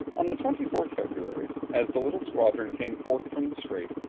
on the twenty fourth february, as the little squadron came forth from the strait,